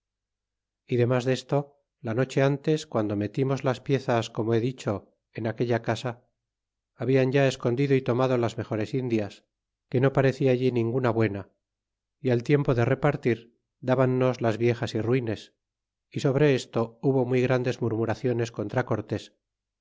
y demas desto la noche ntes guando metimos las piezas como he dicho en aquella casa hablan ya escondido y tomado las mejores indias que no pareció alli ninguna buena y al tiempo del repartir dábannos las viejas y ruines y sobre esto hubo muy grandes murmuraciones contra